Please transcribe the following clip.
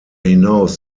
hinaus